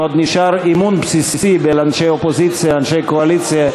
אם עוד נשאר אמון בסיסי בין אנשי אופוזיציה ואנשי קואליציה,